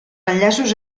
enllaços